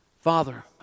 Father